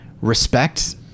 respect